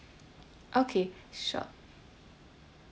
okay sure